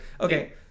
okay